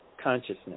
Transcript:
consciousness